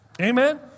Amen